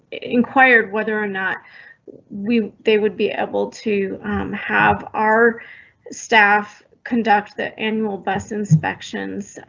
inquired whether or not we they would be able to have our staff conduct the annual bus inspections,